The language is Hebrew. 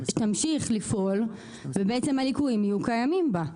לפעול ובעצם הליקויים יהיו קיימים בה.